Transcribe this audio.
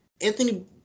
Anthony